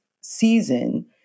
season